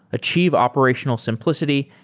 achieve operational simplicity,